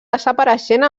desapareixent